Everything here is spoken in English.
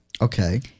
Okay